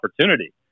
opportunity